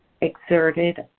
exerted